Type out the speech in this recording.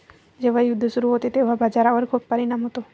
जेव्हा युद्ध सुरू होते तेव्हा बाजारावर खूप परिणाम होतो